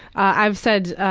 i've said,